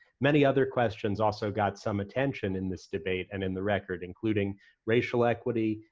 many other questions also got some attention in this debate and in the record, including racial equity,